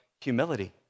humility